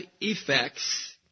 effects